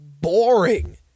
boring